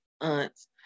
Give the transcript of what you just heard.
aunts